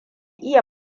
iya